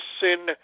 sin